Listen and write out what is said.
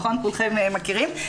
כולכם מכירים.